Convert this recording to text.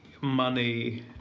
money